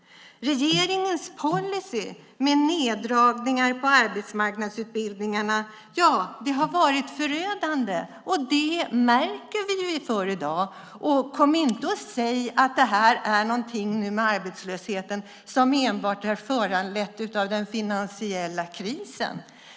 Regeringens policy med neddragningar på arbetsmarknadsutbildningarna har varit förödande, och det märker vi i dag. Kom inte och säg att det här med arbetslösheten enbart är föranlett av den finansiella krisen!